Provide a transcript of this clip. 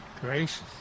Gracious